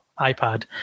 iPad